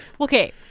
Okay